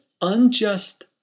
unjust